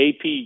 AP